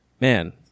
man